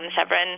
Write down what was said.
Severin